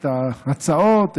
את ההצעות,